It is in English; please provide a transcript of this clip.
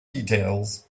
details